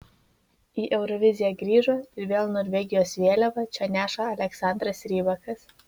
į euroviziją grįžo ir vėl norvegijos vėliavą čia neša aleksandras rybakas